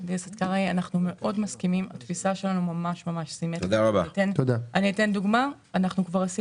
אז דבר ראון זה הורדת המגבלות,